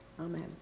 Amen